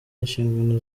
inshingano